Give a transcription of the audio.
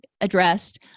addressed